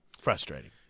Frustrating